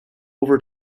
over